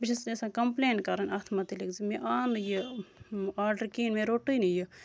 بہٕ چھَس یَژھان کَمپٔلین کَرُن اَتھ مُتعلِق زِ مےٚ آو نہٕ یہِ آرڈر کِہیٖنۍ نہٕ مےٚ روٚٹُے نہٕ یہِ